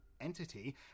entity